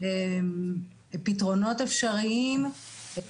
פתרונות אפשריים עם